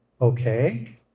Okay